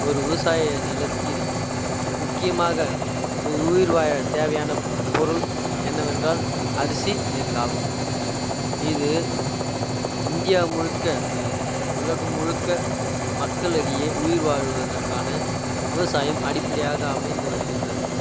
ஒரு விவசாய நிலத்தில் முக்கியமாக ஒரு உயிர் வாழத் தேவையான பொருள் என்னவென்றால் அரிசி நெல் ஆகும் இது இந்தியா முழுக்க அல்ல உலகம் முழுக்க மக்களிடையே உயிர் வாழ்வதற்கான விவசாயம் அடிப்படையாக அமைந்து வருகின்றது